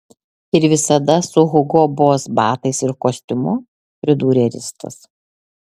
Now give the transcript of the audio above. ir visada su hugo boss batais ir kostiumu pridūrė ristas